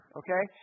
okay